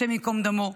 השם ייקום דמו,